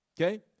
Okay